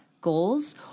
goals